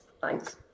thanks